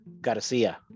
Garcia